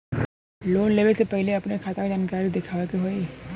Loan लेवे से पहिले अपने खाता के जानकारी दिखावे के होई?